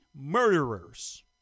murderers